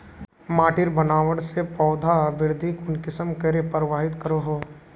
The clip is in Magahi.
माटिर बनावट से पौधा वृद्धि कुसम करे प्रभावित करो हो?